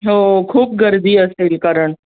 हो खूप गर्दी असेल कारण